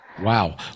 Wow